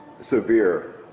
severe